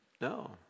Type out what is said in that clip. No